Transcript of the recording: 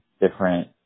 different